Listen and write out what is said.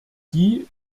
die